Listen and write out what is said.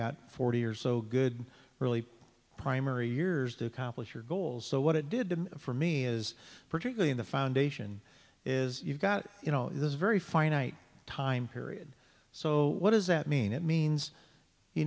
got forty or so good early primary years to accomplish your goals so what it did for me is particularly in the foundation is you've got you know in this very finite time period so what does that mean it means you